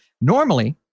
normally